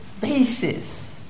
basis